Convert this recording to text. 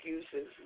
excuses